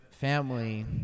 family